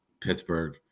Pittsburgh